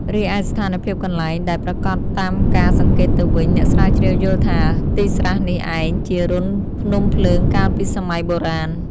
រីឯស្ថានភាពកន្លែង ដែលប្រាកដតាមការសង្កេតទៅវិញ អ្នកស្រាវជ្រាវយល់ថា ទីស្រះនេះឯង ជារន្ធភ្នំភ្លើងកាលពីសម័យបុរាណ។